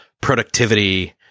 productivity